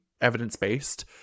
evidence-based